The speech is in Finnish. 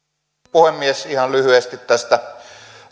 puhemies ihan lyhyesti tästä